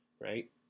right